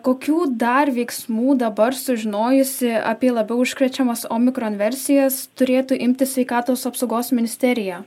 kokių dar veiksmų dabar sužinojusi apie labiau užkrečiamas omikron versijas turėtų imtis sveikatos apsaugos ministerija